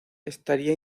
estaría